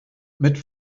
mit